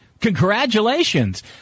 Congratulations